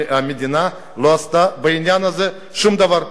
המדינה לא עשתה בעניין הזה שום דבר.